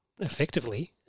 effectively